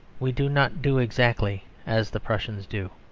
we do not do exactly as the prussians do.